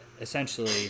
essentially